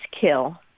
kill